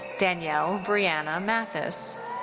danielle briana mathis.